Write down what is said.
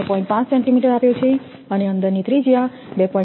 5 centimetre આપ્યો છે અને અંદરની ત્રિજ્યા 2